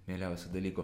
mieliausių dalykų